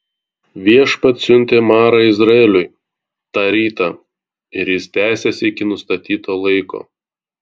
viešpats siuntė marą izraeliui tą rytą ir jis tęsėsi iki nustatyto laiko